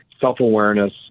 self-awareness